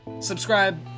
subscribe